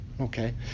Okay